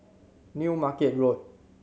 New Market Road